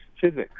physics